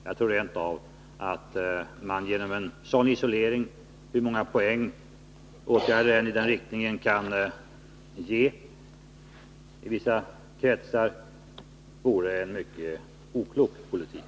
Jag tror rent av att en sådan isolering, hur många poäng krav i den riktningen än kan ge i vissa kretsar, vore en mycket oklok politik.